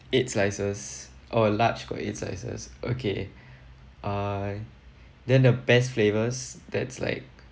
eight slices oh large got eight slices okay err then the best flavours that's like